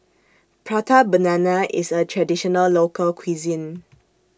Prata Banana IS A Traditional Local Cuisine